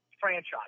franchise